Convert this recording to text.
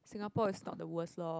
Singapore is not the worst lor